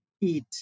eat